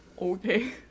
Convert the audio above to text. Okay